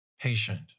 patient